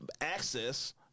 access